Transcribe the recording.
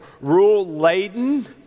rule-laden